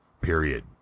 period